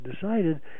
decided